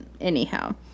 anyhow